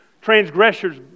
transgressors